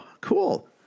Cool